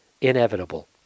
inevitable